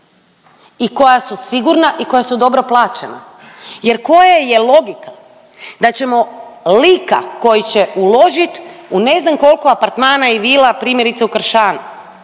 i koja su sigurna i koja su dobro plaćena, jer koja je logika da ćemo lika koji će uložit u ne znam koliko apartmana i vila primjerice u Kršan